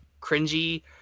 cringy